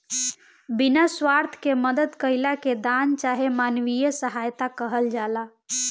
बिना स्वार्थ के मदद कईला के दान चाहे मानवीय सहायता कहल जाला